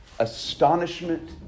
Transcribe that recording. Astonishment